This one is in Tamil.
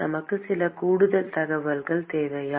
நமக்கு சில கூடுதல் தகவல்கள் தேவையா